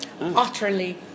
Utterly